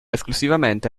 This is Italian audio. esclusivamente